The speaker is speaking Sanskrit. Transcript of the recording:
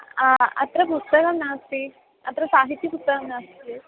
हा अत्र पुस्तकं नास्ति अत्र साहित्यपुस्तकं नास्ति